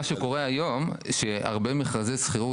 מה שקורה היום שהרבה מכרזי שכירות